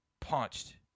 punched